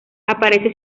aparece